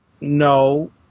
No